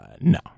No